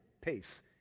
pace